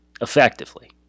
effectively